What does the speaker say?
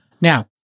Now